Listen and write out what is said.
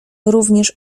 również